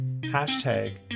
hashtag